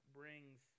brings